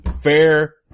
Fair